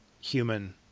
Human